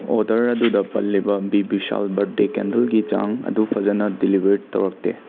order ꯑꯗꯨꯗ ꯄꯜꯂꯤꯕ ꯕꯤ ꯕꯤꯁꯥꯜ ꯕꯥꯔꯗꯦ ꯀꯦꯟꯗꯜꯒꯤ ꯆꯥꯡ ꯑꯗꯨ ꯐꯖꯅ ꯗꯦꯂꯤꯕꯔ ꯇꯧꯔꯛꯇꯦ